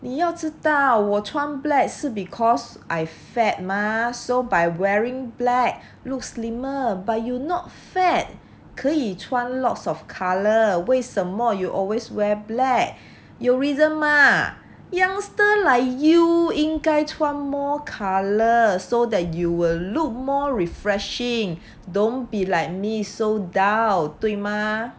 你要知道我穿 black 是 because I fat mah so by wearing black look slimmer but you not fat 可以穿 lots of colour 为什么 you always wear black 有 reason mah youngster like you 应该穿 more colour so that you will look more refreshing don't be like me so dull 对吗